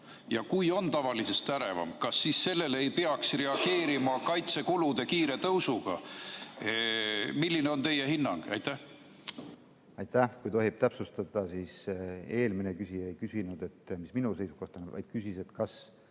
ja kui on tavalisest ärevam, kas siis sellele ei peaks reageerima kaitsekulude kiire tõusuga. Milline on teie hinnang? Aitäh! Kui tohib täpsustada, siis eelmine küsija ei küsinud minu seisukohta, vaid küsis, kas